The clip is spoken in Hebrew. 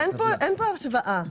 אין פה השוואה.